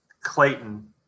Clayton